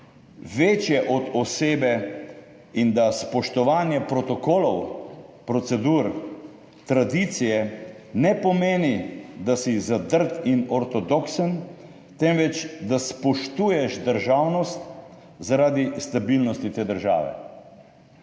večje od osebe in da spoštovanje protokolov, procedur, tradicije ne pomeni, da si zadrt in ortodoksen, temveč da spoštuješ državnost zaradi stabilnosti te države.